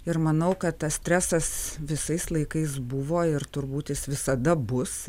ir manau kad tas stresas visais laikais buvo ir turbūt jis visada bus